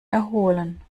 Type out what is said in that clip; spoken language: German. erholen